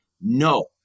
no